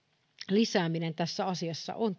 lisääminen tässä asiassa on